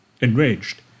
Enraged